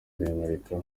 rwemarika